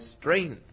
strength